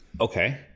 Okay